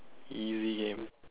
easy game